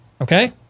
Okay